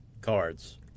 cards